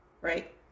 right